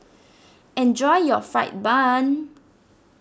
enjoy your Fried Bun